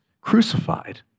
crucified